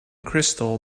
crystal